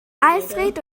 alfred